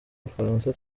abafaransa